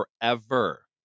forever